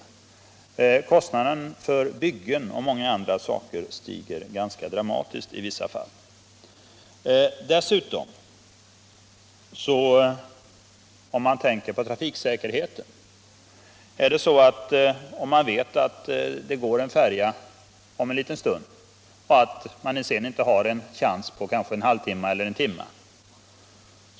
Kostnaderna för byggen och många andra saker stiger ganska dramatiskt i vissa fall. Dessutom är det viktigt att tänka på trafiksäkerheten. Man vet kanske att det går en färja om en liten stund och att man sedan inte har en chans på en halvtimme eller en timme.